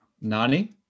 Nani